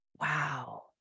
Wow